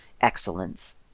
excellence